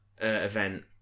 event